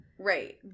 Right